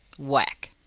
whack!